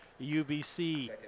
UBC